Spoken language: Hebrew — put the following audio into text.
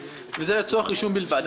וזה לצורך רישום בלבד.